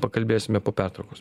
pakalbėsime po pertraukos